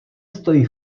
stojí